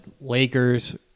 Lakers